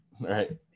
Right